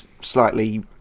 slightly